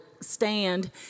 stand